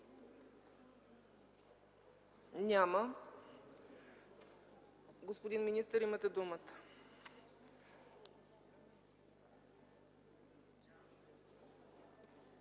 Няма. Господин министър, имате думата.